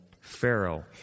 pharaoh